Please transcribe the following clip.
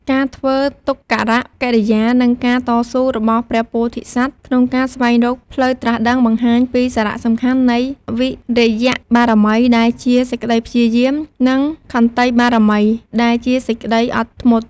ការធ្វើទុក្ករកិរិយា និងការតស៊ូរបស់ព្រះពោធិសត្វក្នុងការស្វែងរកផ្លូវត្រាស់ដឹង បង្ហាញពីសារៈសំខាន់នៃវីរិយបារមី ដែលជា សេចក្តីព្យាយាម និងខន្តីបារមី ដែលជាសេចក្តីអត់ធ្មត់។